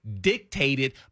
dictated